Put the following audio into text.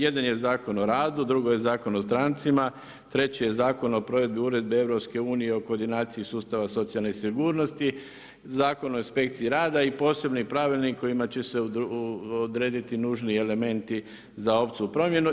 Jedan je Zakon o radu, drugo je Zakon o strancima, treći je Zakon o provedbi Uredbe EU o koordinaciji sustava socijalne sigurnosti, Zakon o inspekciji rada i posebni pravilnik kojima će se odrediti nužni elementi za opću promjenu.